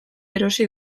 erosi